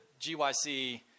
GYC